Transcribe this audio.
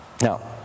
Now